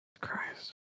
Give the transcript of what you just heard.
Christ